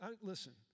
Listen